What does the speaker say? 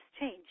change